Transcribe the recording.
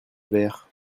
verre